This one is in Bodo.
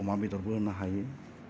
अमा बेदरबो होनो हायो